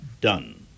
done